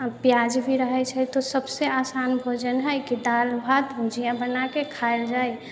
प्याज भी रहै छै तऽ सभसँ आसान भोजन है कि दालि भात भुजिआ बनाइके खाइल जाइ